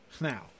now